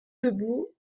debout